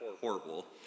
horrible